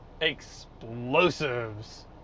Explosives